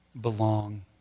belong